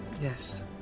Yes